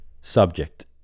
subject